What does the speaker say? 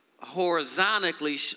horizontally